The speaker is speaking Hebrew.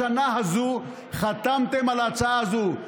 השנה הזו חתמתם על ההצעה הזו,